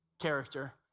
Character